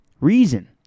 reason